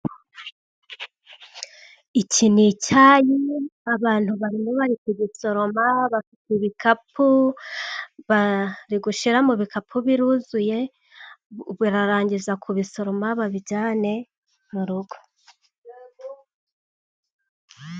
Iki ni icyayi abantu barimo bari kugisoroma bafite ibikapu, barigushyira mu bikapu biruzuye, bararangiza kubisoroma babijyane mu rugo.